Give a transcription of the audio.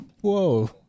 Whoa